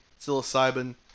psilocybin